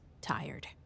tired